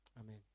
amen